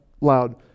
loud